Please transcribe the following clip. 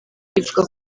ivuga